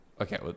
Okay